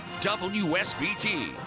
WSBT